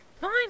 fine